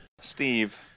Steve